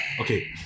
Okay